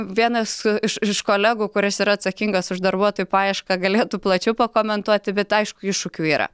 vienas iš iš kolegų kuris yra atsakingas už darbuotojų paiešką galėtų plačiau pakomentuoti bet aišku iššūkių yra